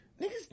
niggas